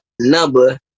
number